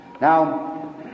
Now